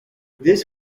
this